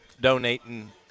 donating